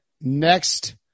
Next